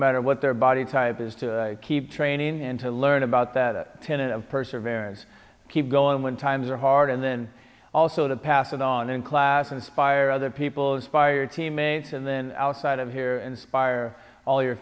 matter what their body type is to keep training and to learn about that tenet of perseverance keep going when times are hard and then also to pass it on in class inspire other people as fire teammates and then outside of here inspire all your